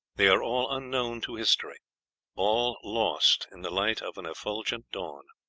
they are all unknown to history all lost in the light of an effulgent dawn.